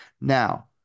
Now